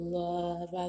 love